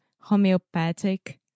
homeopathic